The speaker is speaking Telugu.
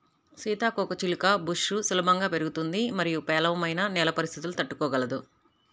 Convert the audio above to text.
సీతాకోకచిలుక బుష్ సులభంగా పెరుగుతుంది మరియు పేలవమైన నేల పరిస్థితులను తట్టుకోగలదు